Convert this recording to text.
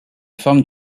forme